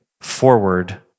forward